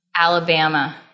Alabama